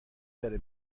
داره